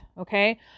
Okay